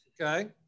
Okay